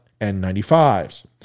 N95s